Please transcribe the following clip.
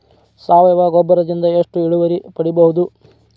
ಸಾವಯವ ಗೊಬ್ಬರದಿಂದ ಎಷ್ಟ ಇಳುವರಿ ಪಡಿಬಹುದ?